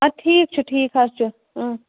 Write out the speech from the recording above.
اَدٕ ٹھیٖک چھُ ٹھیٖک حظ چھُ اہ